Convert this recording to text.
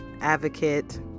advocate